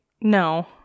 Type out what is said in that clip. no